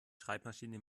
schreibmaschine